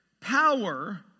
power